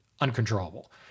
uncontrollable